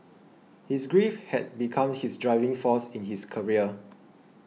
his grief had become his driving force in his career